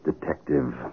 detective